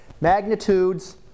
Magnitudes